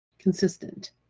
consistent